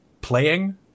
playing